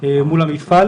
מול המפעל